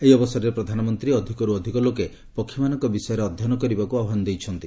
ଏହି ଅବସରରେ ପ୍ରଧାନମନ୍ତ୍ରୀ ଅଧିକରୁ ଅଧିକ ଲୋକେ ପକ୍ଷୀମାନଙ୍କ ବିଷୟରେ ଅଧ୍ୟୟନ କରିବାକୁ ଆହ୍ୱାନ ଦେଇଛନ୍ତି